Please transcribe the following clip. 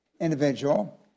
individual